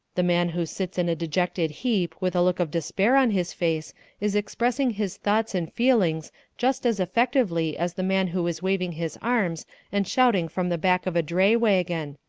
the man who sits in a dejected heap with a look of despair on his face is expressing his thoughts and feelings just as effectively as the man who is waving his arms and shouting from the back of a dray wagon.